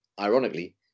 ironically